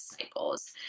cycles